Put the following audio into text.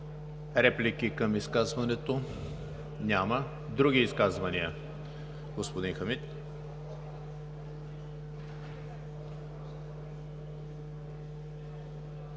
Реплики към изказването? Няма. Други изказвания? Господин Хамид.